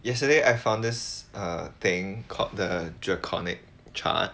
yesterday I found this err thing called the geochronic chart